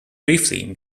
briefly